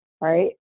right